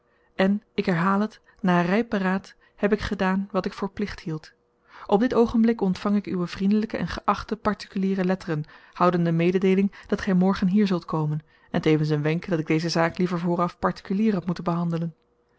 maakt en ik herhaal het na ryp beraad heb ik gedaan wat ik voor plicht hield op dit oogenblik ontvang ik uwe vriendelyke en geachte partikuliere letteren houdende mededeeling dat gy morgen hier zult komen en tevens een wenk dat ik deze zaak liever vooraf partikulier had moeten behandelen